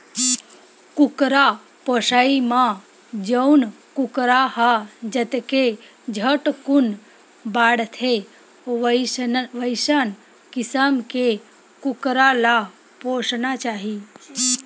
कुकरा पोसइ म जउन कुकरा ह जतके झटकुन बाड़थे वइसन किसम के कुकरा ल पोसना चाही